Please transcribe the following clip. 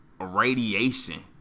radiation